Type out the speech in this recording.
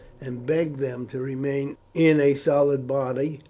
and begged them to remain in a solid body,